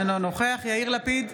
אינו נוכח יאיר לפיד,